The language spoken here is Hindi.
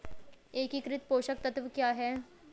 एकीकृत पोषक तत्व क्या है?